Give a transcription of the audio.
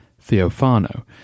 Theophano